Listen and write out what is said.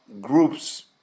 groups